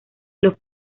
los